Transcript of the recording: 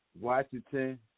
Washington